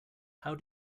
how